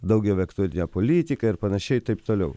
daugelį aktualių geopolitika ir panašiai ir taip toliau